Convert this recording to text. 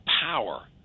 power